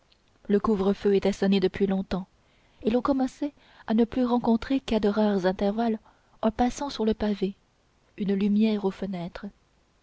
le couvre-feu était sonné depuis longtemps et l'on commençait à ne plus rencontrer qu'à de rares intervalles un passant sur le pavé une lumière aux fenêtres